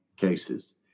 cases